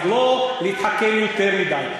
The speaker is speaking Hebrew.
אז לא להתחכם יותר מדי.